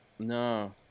No